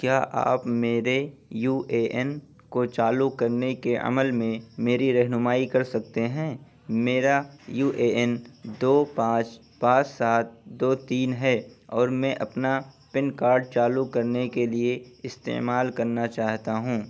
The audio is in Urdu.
کیا آپ میرے یو اے این کو چالو کرنے کے عمل میں میری رہنمائی کر سکتے ہیں میرا یو اے این دو پانچ پانچ سات دو تین ہے اور میں اپنا پین کارڈ چالو کرنے کے لیے استعمال کرنا چاہتا ہوں